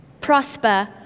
prosper